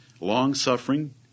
long-suffering